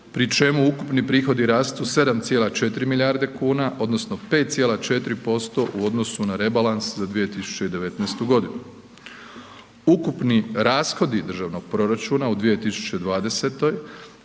pri čemu ukupni prihodi rastu 7,4 milijarde kuna odnosno 5,4% u odnosu na rebalans za 2019. godinu. Ukupni rashodi državnog proračuna u 2020.